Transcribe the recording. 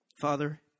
Father